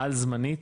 על זמנית,